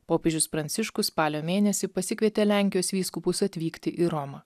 popiežius pranciškus spalio mėnesį pasikvietė lenkijos vyskupus atvykti į romą